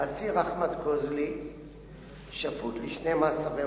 אסיר המרצה 26 שנים בכלא הגיש בקשה לחנינה,